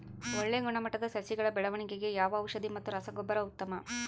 ಒಳ್ಳೆ ಗುಣಮಟ್ಟದ ಸಸಿಗಳ ಬೆಳವಣೆಗೆಗೆ ಯಾವ ಔಷಧಿ ಮತ್ತು ರಸಗೊಬ್ಬರ ಉತ್ತಮ?